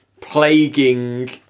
plaguing